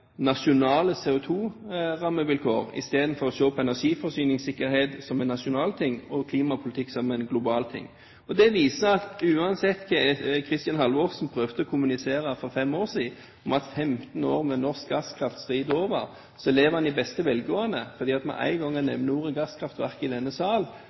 nasjonal ting og klimapolitikk som en global ting. Det viser at uansett hva Kristin Halvorsen prøvde å kommunisere for fem år siden at 15 år med norsk gasskraftstrid er over, så lever den i beste velgående. For med en gang en nevner ordet gasskraftverk i denne sal,